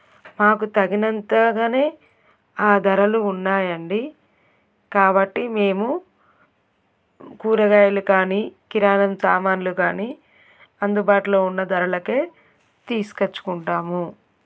మాకు తగినంతగానే ఆ ధరలు ఉన్నాయండి కాబట్టి మేము కూరగాయలు కానీ కిరాణం సామాన్లు కానీ అందుబాటులో ఉన్న ధరలకే తీసుకోచ్చుకుంటాము